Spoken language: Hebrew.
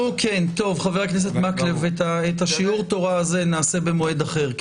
את שיעור התורה הזה נעשה במועד אחר.